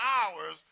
hours